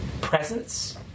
presence